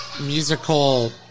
musical